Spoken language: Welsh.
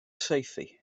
saethu